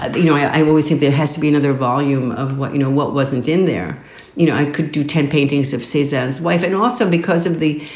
you know, i always think there has to be another volume of what, you know, what wasn't in there you know, i could do ten paintings of caesar's wife and also because of the,